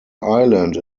island